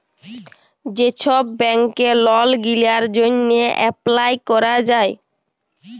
যে ছব ব্যাংকে লল গিলার জ্যনহে এপ্লায় ক্যরা যায়